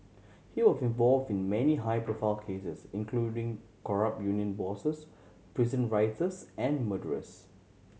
he was involved in many high profile cases including corrupt union bosses prison rioters and murderers